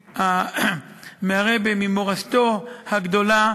מהרבי, ממורשתו הגדולה,